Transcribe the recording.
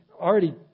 already